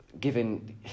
Given